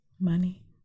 money